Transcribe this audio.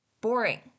Boring